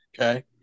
Okay